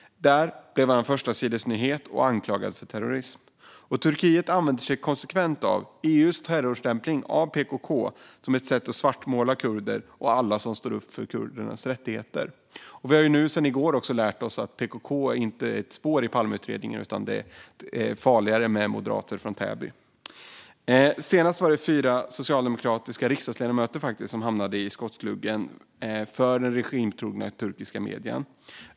Där blev han en förstasidesnyhet och anklagad för terrorism. Turkiet använder sig konsekvent av EU:s terrorstämpling av PKK som ett sätt att svartmåla kurder och alla som står upp för kurdernas rättigheter. Vi har ju sedan i går också lärt oss att PKK inte är ett spår i Palmeutredningen; det är farligare med moderater från Täby. Senast var det fyra socialdemokratiska riksdagsledamöter som hamnade i skottgluggen för de regimtrogna turkiska medierna.